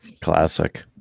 Classic